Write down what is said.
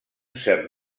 cert